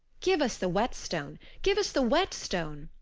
give us the whetstone, give us the whetstone,